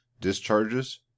discharges